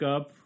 up